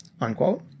unquote